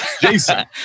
Jason